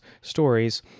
stories